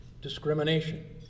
discrimination